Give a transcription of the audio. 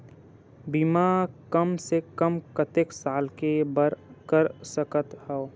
बीमा कम से कम कतेक साल के बर कर सकत हव?